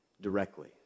directly